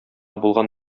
булган